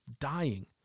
dying